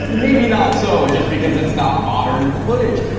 maybe not so just because it's not modern footage,